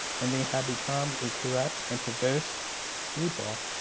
and they had become a corrupt and perverse people,